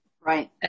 Right